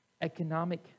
economic